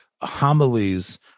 homilies